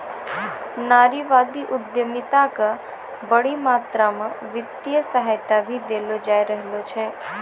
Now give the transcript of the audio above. नारीवादी उद्यमिता क बड़ी मात्रा म वित्तीय सहायता भी देलो जा रहलो छै